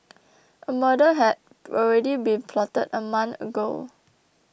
a murder had already been plotted a month ago